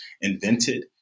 invented